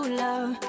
love